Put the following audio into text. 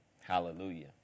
Hallelujah